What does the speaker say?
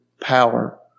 power